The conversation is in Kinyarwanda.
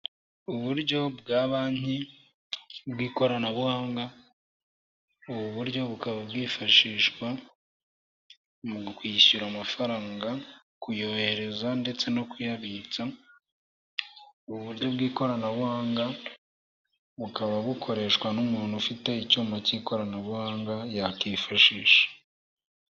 Uburyo bwa banki bw'ikoranabuhanga, ubu buryo bukaba bwifashishwa mu kwishyura amafaranga, kuyohereza ndetse no kuyabitsa, uburyo bw'ikoranabuhanga bukaba bukoreshwa n'umuntu ufite icyuma cy'ikoranabuhanga byakwifashisha.